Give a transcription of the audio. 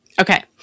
Okay